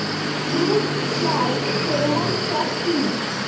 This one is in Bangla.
ফ্রুট ফ্লাই ফেরোমন ট্র্যাপ কি?